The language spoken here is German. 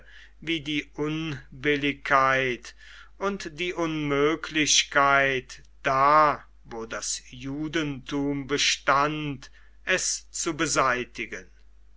wie die unbilligkeit und die unmöglichkeit da wo das judentum bestand es zu beseitigen